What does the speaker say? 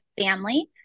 family